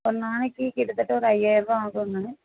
ஒரு நாளைக்கு கிட்டத்தட்ட ஒரு ஐயாயிரரூவா ஆகும்ங்க